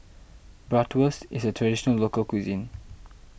Bratwurst is a Traditional Local Cuisine